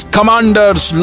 Commanders